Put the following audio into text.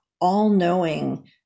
all-knowing